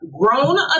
grown